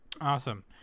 Awesome